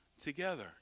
together